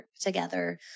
together